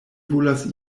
volas